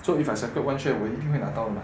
so if I select one share 我一定会拿到的啦